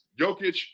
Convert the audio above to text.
Jokic